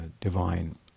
divine